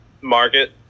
market